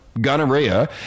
gonorrhea